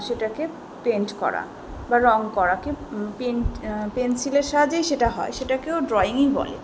সেটাকে পেন্ট করা বা রঙ করা কি পেন্ট পেন্সিলের সাহায্যেই সেটা হয় সেটাকেও ড্রয়িংই বলে